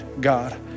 God